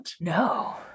No